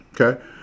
Okay